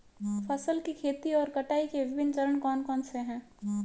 फसल की खेती और कटाई के विभिन्न चरण कौन कौनसे हैं?